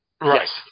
Right